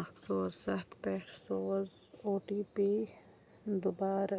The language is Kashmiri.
اَکھ ژور سَتھ پٮ۪ٹھ سوز او ٹی پی دُبارٕ